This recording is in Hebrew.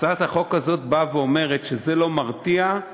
הצעת החוק הזאת אומרת שזה לא מרתיע,